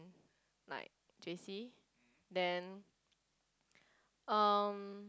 like J_C then um